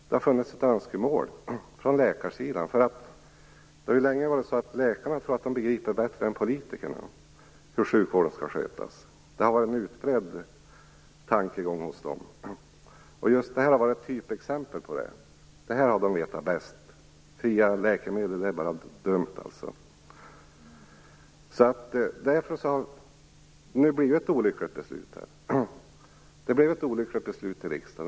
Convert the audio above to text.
Det har funnits ett önskemål från läkarsidan. Läkarna har länge trott att de begriper bättre än politikerna hur sjukvården skall skötas. Det har varit en utbredd tankegång hos dem. Just detta har varit ett typexempel på detta. Detta har de vetat bäst. Fria läkemedel anser de vara något dumt. Därför har det blivit ett olyckligt beslut. Det blev ett olyckligt beslut i riksdagen.